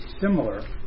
similar